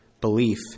belief